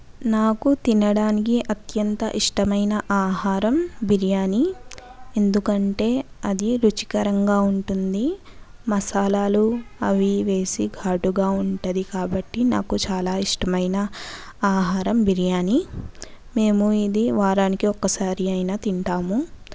నాకు తినడానికి అత్యంత ఇష్టమైన ఆహారం బిర్యాని ఎందుకంటే అది రుచికరంగా ఉంటుంది మసాలాలు అవి ఇవి వేసి ఘాటుగా ఉంటుంది కాబట్టి నాకు చాలా ఇష్టమైన ఆహారం బిర్యాని మేము ఇది వారానికి ఒక్కసారి అయినా తింటాము